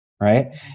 right